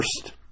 First